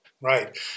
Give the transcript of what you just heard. Right